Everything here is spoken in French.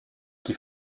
qui